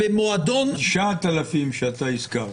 ה-9,000 שאתה הזכרת.